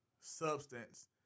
substance